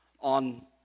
on